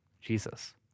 Jesus